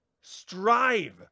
strive